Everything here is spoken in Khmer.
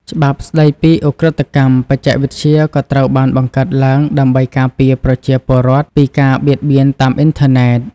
ច្បាប់ស្ដីពីឧក្រិដ្ឋកម្មបច្ចេកវិទ្យាក៏ត្រូវបានបង្កើតឡើងដើម្បីការពារប្រជាពលរដ្ឋពីការបៀតបៀនតាមអ៊ីនធឺណិត។